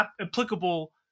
applicable